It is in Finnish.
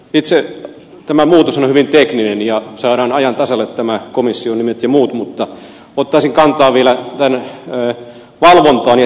itse tämä muutos on hyvin tekninen ja saadaan ajan tasalle nämä komission nimet ja muut mutta ottaisin kantaa vielä tämän valvontaan ja sisältöön